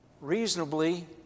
reasonably